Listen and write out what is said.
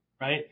right